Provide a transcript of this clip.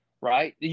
Right